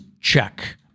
Check